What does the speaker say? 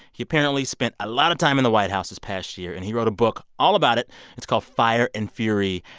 he apparently spent a lot of time in the white house this past year, and he wrote a book all about it. it's called fire and fury.